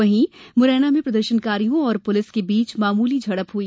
वहीं मुरैना में प्रदर्शनकारियों और पुलिस के बीच मामूली झड़प हुई